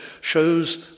shows